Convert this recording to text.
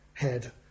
Head